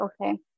okay